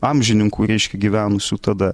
amžininkų reiškia gyvenusių tada